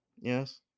Yes